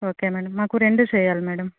okay madam మాకు రెండూ చేయాలి మేడం